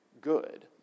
good